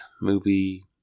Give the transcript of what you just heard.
movie